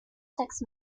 text